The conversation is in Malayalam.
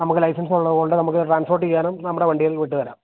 നമുക്ക് ലൈസൻസുള്ളതുകൊണ്ട് നമുക്ക് ട്രാൻസ്പോർട്ടെയ്യാനും നമ്മുടെ വണ്ടിയിൽ വിട്ടുതരാം